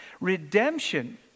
Redemption